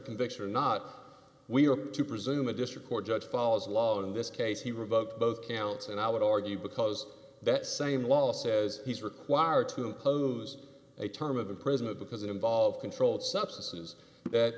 conviction or not we have to presume a district court judge follows the law in this case he revoked both counts and i would argue because that same law says he's required to close a term of a president because it involved controlled substances that